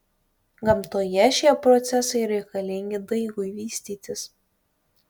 gamtoje šie procesai reikalingi daigui vystytis